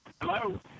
Hello